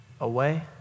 away